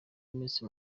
iminsi